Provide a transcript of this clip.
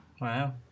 Wow